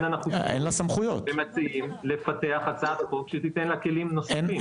אנחנו מציעים לפתח הצעת חוק שתיתן לה כלים נוספים.